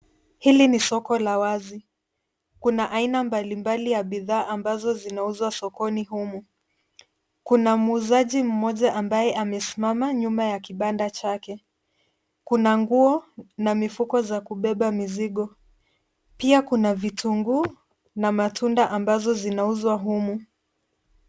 Hili ni soko la wazi. Kuna aina mbalimbali ya bidhaa ambazo zinauzwa sokoni humu. Kuna muuzaji mmoja ambaye amesimama nyuma ya kibanda chake. Kuna nguo na mifuko za kubeba mizigo. Pia kuna vitunguu na matunda ambazo zinauzwa humu.